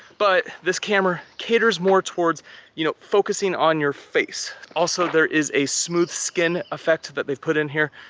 but this camera caters more towards you know focusing on your face. also, there is a smooth skin effect that they've put in here.